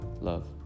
love